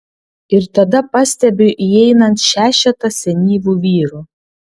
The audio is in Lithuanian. ir tada pastebiu įeinant šešetą senyvų vyrų